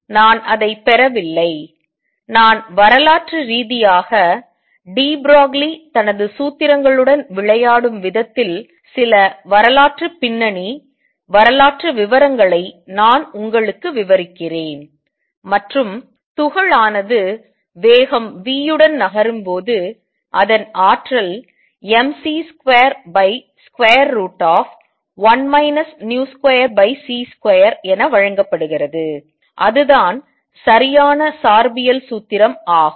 நான் அதை பெறவில்லை நான் வரலாற்று ரீதியாக டி ப்ரோக்லி தனது சூத்திரங்களுடன் விளையாடும் விதத்தில் சில வரலாற்று பின்னணி வரலாற்று விவரங்களை நான் உங்களுக்கு விவரிக்கிறேன் மற்றும் துகளானது வேகம் v உடன் நகரும் போது அதன் ஆற்றல் mc21 v2c2 என வழங்கப்படுகிறது அதுதான் சரியான சார்பியல் சூத்திரம் ஆகும்